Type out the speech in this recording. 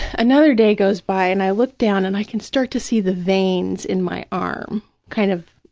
another day goes by and i look down and i can start to see the veins in my arm kind of